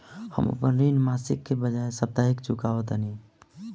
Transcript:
हम अपन ऋण मासिक के बजाय साप्ताहिक चुकावतानी